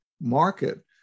market